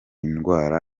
ndwara